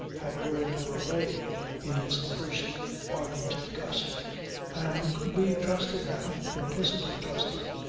had whirled her away in its first ardent gust and could be trusted now, implicitly trusted,